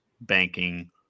banking